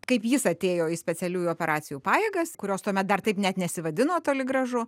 kaip jis atėjo į specialiųjų operacijų pajėgas kurios tuomet dar taip net nesivadino toli gražu